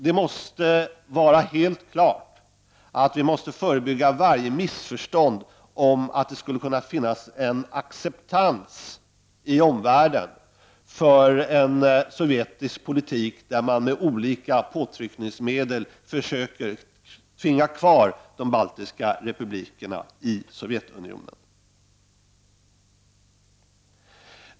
Det måste vara helt klart att vi måste förebygga varje missförstånd om att det skulle kunna finnas en acceptans i omvärlden för en sovjetisk politik där man med olika påtryckningsmedel försöker tvinga kvar de baltiska republikerna i Sovjetunionen.